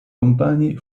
compagni